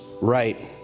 right